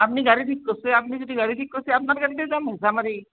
আপুনি গাড়ী ঠিক কৰছে আপুনি যদি গাড়ী ঠিক কৰিছে আপোনাৰ গাড়ীতে যাম হেঁচা মাৰি